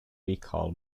recall